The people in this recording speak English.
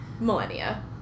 millennia